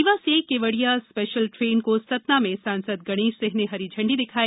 रीवा से Kevadia special train को सतना में सांसद गणेश सिंह ने हरी झंडी दिखाई